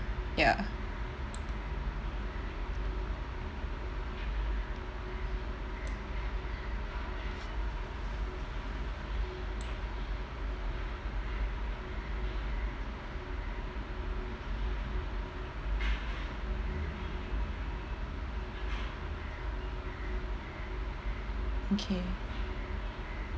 ya okay